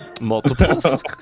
Multiples